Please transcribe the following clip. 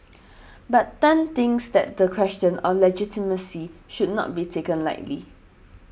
but Tan thinks that the question of legitimacy should not be taken lightly